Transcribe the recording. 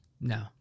No